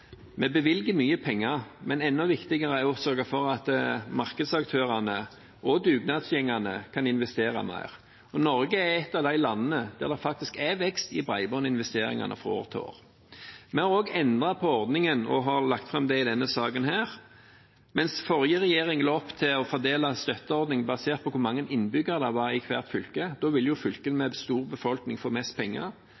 Vi bevilger mye penger, men enda viktigere er det å sørge for at markedsaktørene og dugnadsgjengene kan investere mer. Norge er et av de landene der det faktisk er vekst i bredbåndsinvesteringene fra år til år. Vi har også endret på ordningen og har lagt fram det i denne saken. Mens den forrige regjeringen la opp til å fordele støtteordningen basert på hvor mange innbyggere det var i hvert fylke,